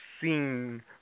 seen